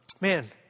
Man